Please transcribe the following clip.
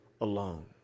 alone